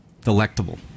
Delectable